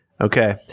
Okay